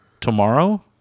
tomorrow